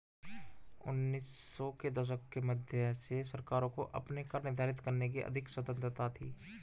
उन्नीस सौ के दशक के मध्य से सरकारों को अपने कर निर्धारित करने की अधिक स्वतंत्रता थी